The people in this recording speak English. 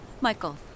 Michael